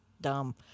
dumb